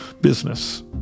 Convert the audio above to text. business